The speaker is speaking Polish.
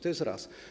To jest raz.